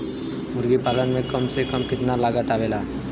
मुर्गी पालन में कम से कम कितना लागत आवेला?